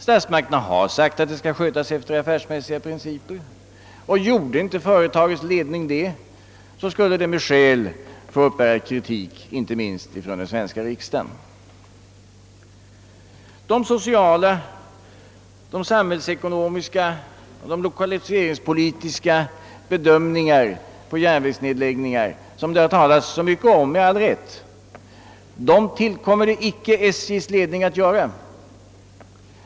Statsmakterna har uttalat att SJ skall skötas enligt affärsmässiga principer, och om ledningen inte skötte företaget på detta sätt skulle den med skäl få uppbära kritik inte minst från den svenska riksdagen. De sociala, de samhällsekonomiska och de lokaliseringspolitiska bedömningar av järnvägsnedläggningar som det — med all rätt — talats så mycket om tillkommer det icke SJ:s ledning att göra.